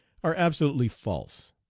are absolutely false.